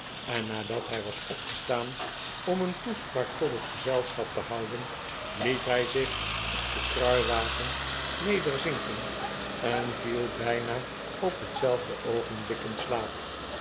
en nadat hij was opgestaan om een toespraak tot het gezelschap te houden liet hij zich op den kruiwagen nederzinken en viel bijna op hetzelfde oogenblik in slaap